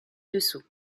dessous